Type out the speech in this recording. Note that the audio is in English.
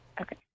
Okay